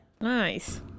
Nice